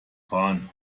fahren